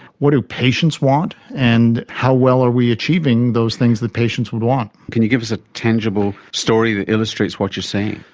what do patients want and how well are we achieving those things that patients would want. can you give us a tangible story that illustrates what you are saying?